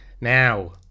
Now